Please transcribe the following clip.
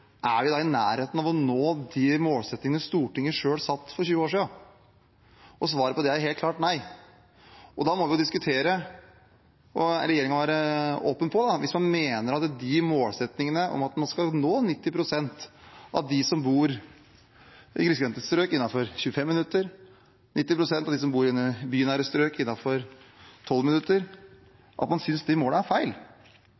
klart nei. Da må vi diskutere det, og regjeringen må være åpen om det hvis man mener at målsettingene om at man skal nå 90 pst. av dem som bor i grisgrendte strøk, innen 25 minutter og 90 pst. av dem som bor i bynære strøk, innen 12 minutter,